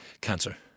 Cancer